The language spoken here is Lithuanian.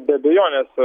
be abejonės